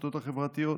ברשתות החברתיות.